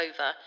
over